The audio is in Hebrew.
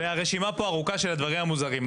והרשימה פה ארוכה של הדברים המוזרים.